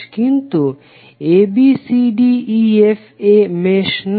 কিন্তু abcdefa মেশ নয়